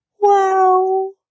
Wow